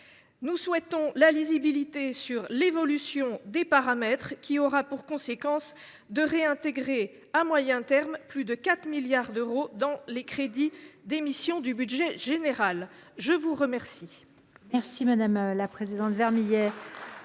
Nous souhaitons de la lisibilité sur l’évolution des paramètres qui aura pour conséquence de réintégrer, à moyen terme, plus de 4 milliards d’euros dans les crédits des missions du budget général. Mes chers